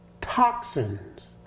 toxins